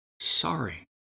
sorry